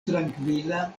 trankvila